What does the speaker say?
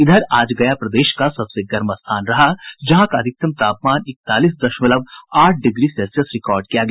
इधर आज गया प्रदेश का सबसे गर्म स्थान रहा जहां का अधिकतम तापमान इकतालीस दशमलव आठ डिग्री सेल्सियस रिकार्ड किया गया